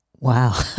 Wow